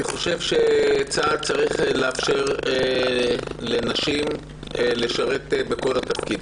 אני חושב שצה"ל צריך לאפשר לנשים לשרת בכל התפקידים.